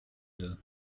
deux